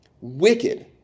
wicked